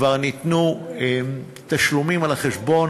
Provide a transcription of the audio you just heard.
כבר ניתנו תשלומים על החשבון,